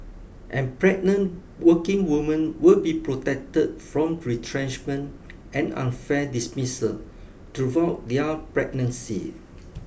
and pregnant working women will be protected from retrenchment and unfair dismissal throughout their pregnancy